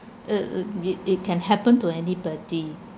uh uh it it can happen to anybody